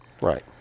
Right